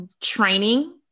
training